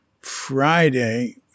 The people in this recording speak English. Friday